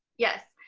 yes.